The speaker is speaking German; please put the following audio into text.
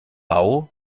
bau